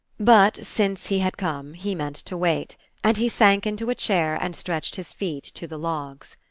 but since he had come he meant to wait and he sank into a chair and stretched his feet to the logs.